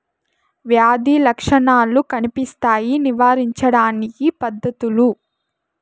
వ్యాధి లక్షణాలు కనిపిస్తాయి నివారించడానికి పద్ధతులు?